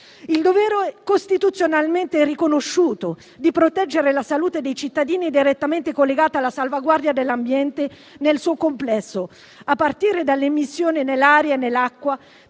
Il dovere costituzionalmente riconosciuto di proteggere la salute dei cittadini è direttamente collegato alla salvaguardia dell'ambiente nel suo complesso, a partire dall'emissione nell'aria e nell'acqua,